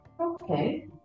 okay